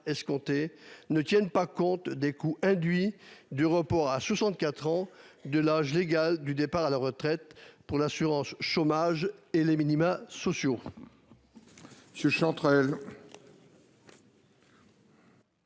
escomptés ne tiennent pas compte des coûts induits du report à 64 ans de l'âge légal du départ à la retraite pour l'assurance chômage et les minima sociaux.